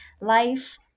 life